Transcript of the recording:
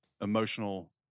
emotional